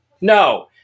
No